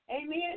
amen